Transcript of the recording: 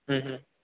മ് മ്